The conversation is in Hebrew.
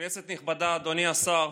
כנסת נכבדה, אדוני השר,